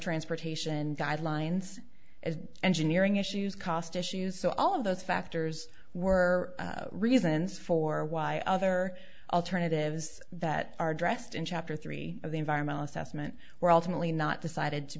transportation guidelines as engineering issues cost issues so all of those factors were reasons for why other alternatives that are addressed in chapter three of the environmental assessment were ultimately not decided to